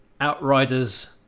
Outriders